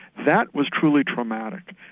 that was truly traumatic.